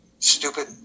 Stupid